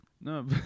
No